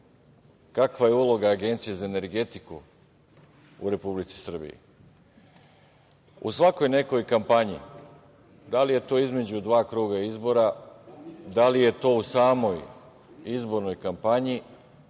kakva je uloga Agencije za energetiku u Republici Srbiji.U svakoj nekoj kampanji, da li je to između dva kruga izbora, da li je to u samoj izbornoj kampanji,